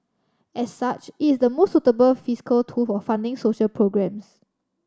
as such it is the most suitable fiscal tool for funding social programmes